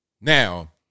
Now